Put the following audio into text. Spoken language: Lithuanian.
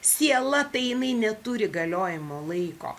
siela tai jinai neturi galiojimo laiko